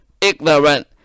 ignorant